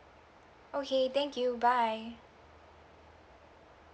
okay thank you bye